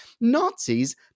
Nazis